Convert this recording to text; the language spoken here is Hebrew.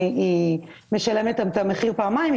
היא משלמת את המחיר פעמיים,